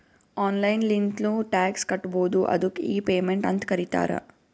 online ಲಿಂತ್ನು tax ಕಟ್ಬೋದು ಅದ್ದುಕ್ ಇ ಪೇಮೆಂಟ್ ಅಂತ್ ಕರೀತಾರ